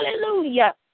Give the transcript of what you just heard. Hallelujah